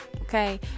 okay